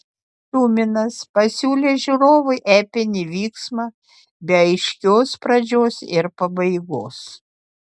tuminas pasiūlė žiūrovui epinį vyksmą be aiškios pradžios ir pabaigos